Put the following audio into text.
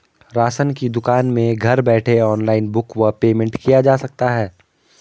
Ration की दुकान में घर बैठे ऑनलाइन बुक व पेमेंट किया जा सकता है?